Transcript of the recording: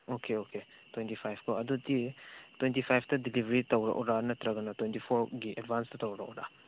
okay okay twenty ꯐꯥꯏꯚꯀꯣ ꯑꯗꯨꯗꯤ twenty ꯐꯥꯏꯚꯇ ꯗꯤꯂꯤꯕꯔꯤ ꯇꯧꯔꯛꯎꯕ ꯕꯠꯇ꯭ꯔꯒꯅ ꯇ꯭ꯋꯦꯟꯇꯤ ꯐꯣꯔꯒꯤ ꯑꯦꯗꯕꯥꯟꯁꯇ ꯇꯧꯔꯛꯎꯔ